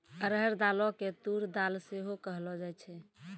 अरहर दालो के तूर दाल सेहो कहलो जाय छै